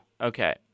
Okay